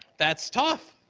that's tough.